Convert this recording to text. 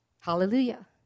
Hallelujah